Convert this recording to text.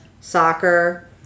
soccer